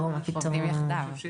אנחנו עובדים יחדיו.